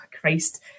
Christ